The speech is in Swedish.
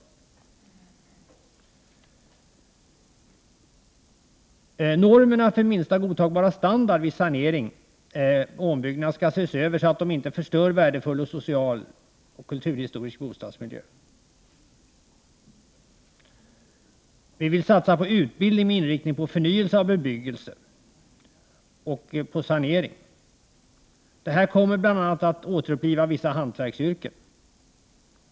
”19 Normerna för minsta godtagbara standard vid sanering ——— ska ses över så att de inte förstör värdefull social och kulturhistorisk bostadsmiljö. 20 Vi vill satsa på utbildning med inriktning på förnyelse av bebyggelse/ sanering. Detta kommer bland annat att återuppliva vissa hantverksyrken.